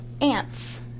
Ants